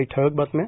काही ठळक बातम्या